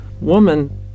woman